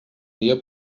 dia